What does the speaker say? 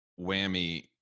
whammy